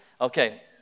Okay